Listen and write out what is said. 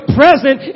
present